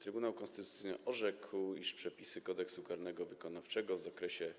Trybunał Konstytucyjny orzekł, iż przepisy Kodeksu karnego wykonawczego w zakresie,